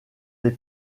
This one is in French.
des